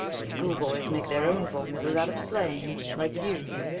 schoolboys make their own formulas out of slang, like you.